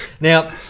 Now